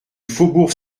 faubourg